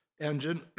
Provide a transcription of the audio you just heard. engine